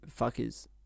fuckers